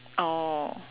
oh